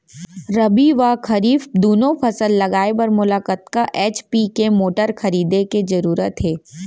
रबि व खरीफ दुनो फसल लगाए बर मोला कतना एच.पी के मोटर खरीदे के जरूरत हे?